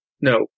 No